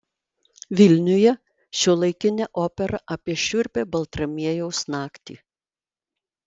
vilniuje šiuolaikinė opera apie šiurpią baltramiejaus naktį